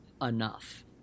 enough